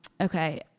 Okay